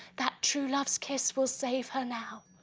that true love's kiss will save her now.